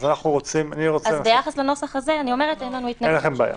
ביחס לנוסח הזה אין לנו התנגדות.